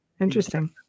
Interesting